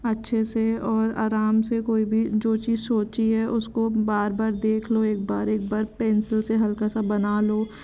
अच्छे से और अराम से कोई भी जो चीज सोची है उसको बार बार देख लो एक बार एक बार पेंसिल से हल्का सा बना लो